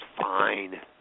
fine